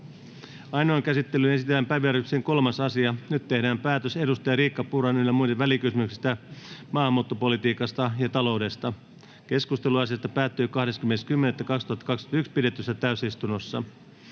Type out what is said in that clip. Ainoaan käsittelyyn esitellään päiväjärjestyksen 3. asia. Nyt tehdään päätös edustaja Riikka Purran ym. välikysymyksestä maahanmuuttopolitiikasta ja taloudesta. Keskustelu asiasta päättyi 20.10.2021 pidetyssä täysistunnossa.